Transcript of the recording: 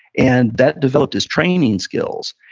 and that developed his training skills.